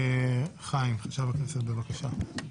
חיים אבידור, חשב הכנסת, בבקשה.